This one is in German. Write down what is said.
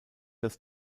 das